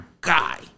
guy